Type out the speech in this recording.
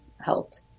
helped